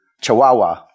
chihuahua